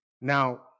Now